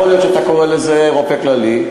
יכול להיות שאתה קורא לזה רופא כללי.